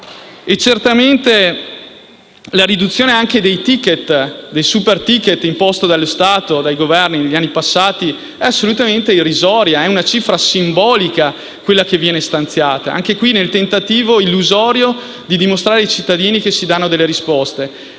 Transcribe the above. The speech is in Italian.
Certamente anche la riduzione dei *superticket* imposta dallo Stato e dai Governi negli anni passati è assolutamente irrisoria. È una cifra simbolica quella che viene stanziata, anche qui nel tentativo illusorio di dimostrare ai cittadini che si danno risposte.